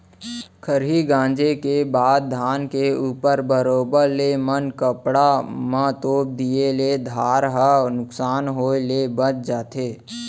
खरही गॉंजे के बाद धान के ऊपर बरोबर ले मनकप्पड़ म तोप दिए ले धार ह नुकसान होय ले बॉंच जाथे